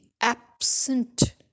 absent